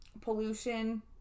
pollution